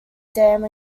dam